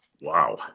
Wow